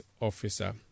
officer